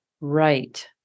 Right